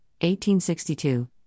1862